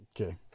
Okay